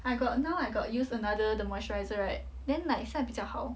I got now I got use another the moisturiser right then like 现在比较好